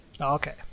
Okay